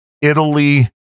italy